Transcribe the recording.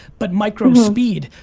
but micro speed.